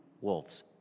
wolves